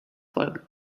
folgen